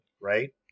right